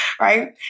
right